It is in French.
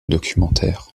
documentaires